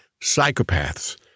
psychopaths